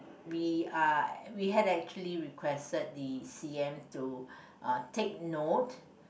we are we had actually requested the c_m to uh take note